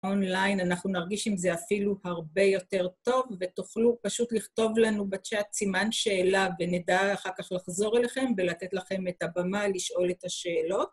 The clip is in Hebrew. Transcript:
אונליין, אנחנו נרגיש עם זה אפילו הרבה יותר טוב, ותוכלו פשוט לכתוב לנו בצ'אט סימן שאלה, ונדע אחר כך לחזור אליכם ולתת לכם את הבמה לשאול את השאלות.